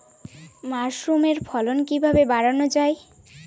মাসরুমের ফলন কিভাবে বাড়ানো যায়?